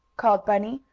called bunny,